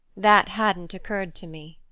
that hadn't occurred to me.